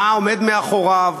מה עומד מאחוריו,